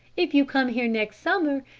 if you come here next summer,